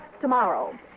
tomorrow